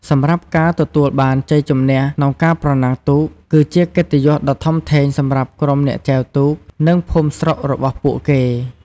សម្រាប់ការទទួលបានជ័យជំនះក្នុងការប្រណាំងទូក គឺជាកិត្តិយសដ៏ធំធេងសម្រាប់ក្រុមអ្នកចែវទូក និងភូមិស្រុករបស់ពួកគេ។